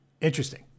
interesting